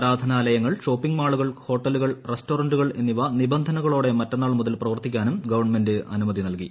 ആരാധനാലയങ്ങൾ ഷോപ്പിംഗ് മാളുകൾ ഹോട്ടലുകൾ റെസ്റ്റോറന്റുകൾ എന്നിവ നിബന്ധനകളോടെ മറ്റെന്നാൾ മുതൽ പ്രവർത്തിക്കാനും ഗവൺമെന്റ് അനുമതി നൽകി